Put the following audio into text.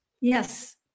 Yes